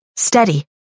steady